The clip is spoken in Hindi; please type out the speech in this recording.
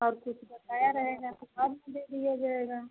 और कुछ बकाया रहेगा कुछ और भी दे दिया जाएगा